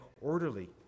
orderly